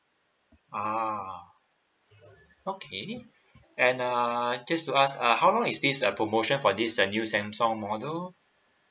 uh okay and uh just to ask uh how long is this uh promotion for this uh new Samsung model